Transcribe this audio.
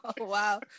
Wow